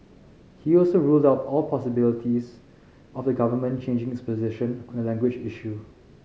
he also ruled out all possibilities of the Government changing its position on the language issue